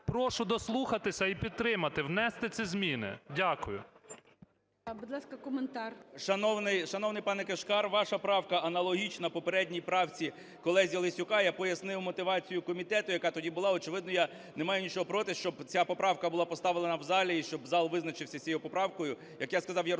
Прошу дослухатися і підтримати, внести ці зміни. Дякую.